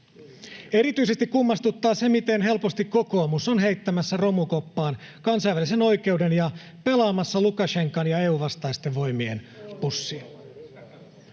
Erityisesti kummastuttaa se, miten helposti kokoomus on heittämässä romukoppaan kansainvälisen oikeuden ja pelaamassa Lukašenkan ja EU-vastaisten voimien pussiin.